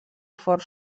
fort